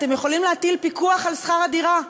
אתם יכולים להטיל פיקוח על שכר הדירה,